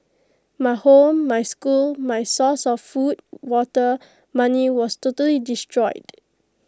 my home my school my source of food water money was totally destroyed